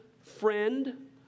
friend